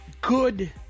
good